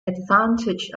advantage